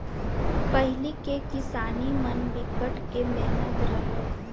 पहिली के किसानी म बिकट के मेहनत रहय